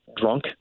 drunk